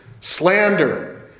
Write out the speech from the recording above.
slander